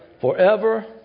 Forever